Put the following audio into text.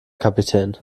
kapitän